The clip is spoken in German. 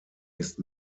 ist